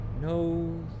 No